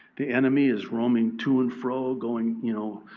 the enemy is roaming to and fro going, you know,